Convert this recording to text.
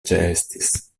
ĉeestis